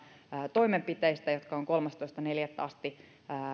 toimenpiteistä jotka on kolmastoista neljättä asti